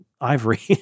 ivory